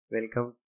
Welcome